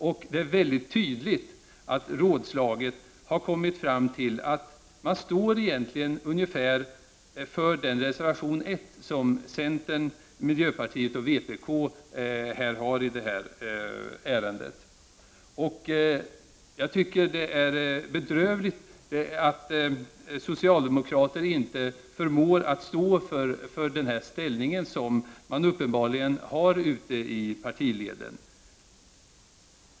Rådslaget har tydligt kommit fram till den uppfattning som redovisas i reservation 1 och som omfattas av centern, miljöpartiet och vpk i det här ärendet. Jag tycker att det är bedrövligt att socialdemokraterna inte förmår stå för den inställning som man uppenbarligen har ute i partileden.